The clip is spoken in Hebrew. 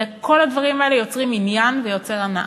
כל הדברים האלה יוצרים עניין ויוצרים הנאה.